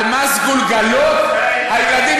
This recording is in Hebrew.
זה מה שעשית, אתה יכול לצרוח כמה שאתה רוצה.